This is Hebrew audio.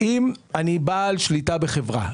אם אני בעל שליטה בחברה.